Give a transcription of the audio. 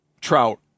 trout